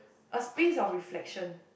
a space of reflection